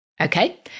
Okay